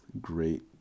great